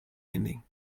ending